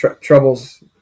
troubles